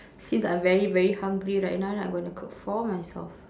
since I'm very very hungry right now then I gonna cook for myself